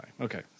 Okay